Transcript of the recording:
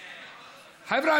חבר'ה,